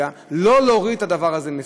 זה לא להוריד את הדבר הזה מסדר-היום.